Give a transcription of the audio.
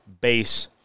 base